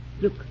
Look